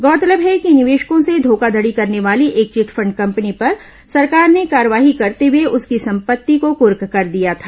गौरतलब है कि निवेशकों से धोखाघड़ी करने वाली एक चिटफंड कंपनी पर सरकार ने कार्यवाही करते हुए उसकी संपत्ति को कुर्क कर दिया था